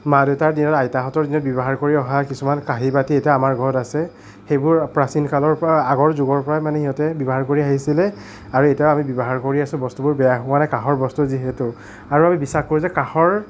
মা দেউতাৰ দিনত আইতাহঁতৰ দিনত ব্যৱহাৰ কৰি অহা কিছুমান কাঁহী বাটি এতিয়াও আমাৰ ঘৰত আছে সেইবোৰ প্ৰাচীন কালৰ পৰা আগৰ যুগৰ পৰাই মানে ইহঁতে ব্যৱহাৰ কৰি আহিছিলে আৰু এতিয়াও আমি ব্যৱহাৰ কৰি আছোঁ বস্তুবোৰ বেয়া হোৱা নাই কাঁহৰ বস্তু যিহেতু আৰু আমি বিশ্বাস কৰোঁ যে কাঁহৰ